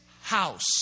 house